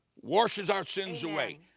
washes our sins away.